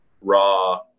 raw